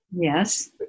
Yes